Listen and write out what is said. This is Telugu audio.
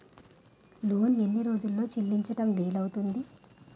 లోన్ ఎన్ని రోజుల్లో చెల్లించడం వీలు అవుతుంది?